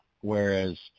whereas